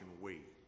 wait